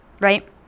right